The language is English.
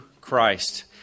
Christ